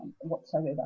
whatsoever